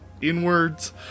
inwards